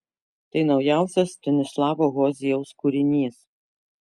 tai naujausias stanislavo hozijaus kūrinys